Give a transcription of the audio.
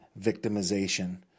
victimization